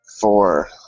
Four